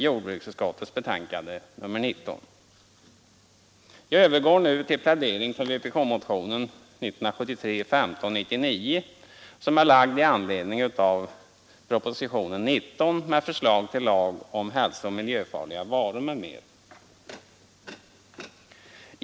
Jag övergår nu till plädering för vpk-motionen 1599, som väckts i anledning av propositionen 17 med förslag till lag om hälsooch miljöfarliga varor, m.m.